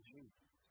Jesus